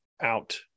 out